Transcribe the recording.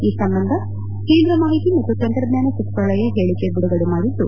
ಈ ಸಂಬಂಧ ಕೇಂದ್ರ ಮಾಹಿತಿ ಮತ್ತು ತಂತ್ರಜ್ಞಾನ ಸಚಿವಾಲಯ ಹೇಳಿಕೆ ಬಿಡುಗಡೆ ಮಾಡಿದ್ದು